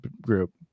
group